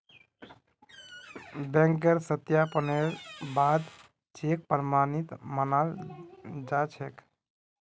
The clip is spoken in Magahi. बैंकेर सत्यापनेर बा द चेक प्रमाणित मानाल जा छेक